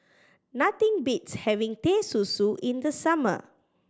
nothing beats having Teh Susu in the summer